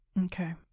Okay